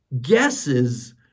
guesses